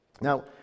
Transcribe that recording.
Now